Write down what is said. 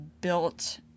built